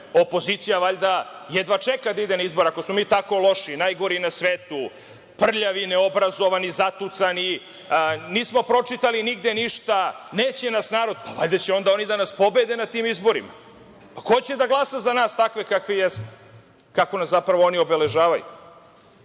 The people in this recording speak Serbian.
Opozicija valjda jedva čeka da ide na izbore, ako smo mi tako loši, najgori na svetu, prljavi, neobrazovani, zatucani, nismo pročitali nigde ništa, neće nas narod, pa, valjda će onda oni da nas pobede na tim izborima. Jer, ko će da glasa za nas takve kakvi jesmo, kako nas zapravo oni obeležavaju.